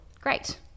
great